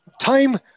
Time